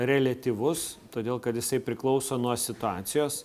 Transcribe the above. reliatyvus todėl kad jisai priklauso nuo situacijos